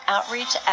Outreach